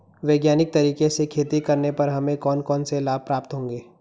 वैज्ञानिक तरीके से खेती करने पर हमें कौन कौन से लाभ प्राप्त होंगे?